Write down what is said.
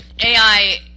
AI